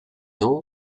nom